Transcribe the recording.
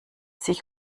sich